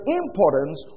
importance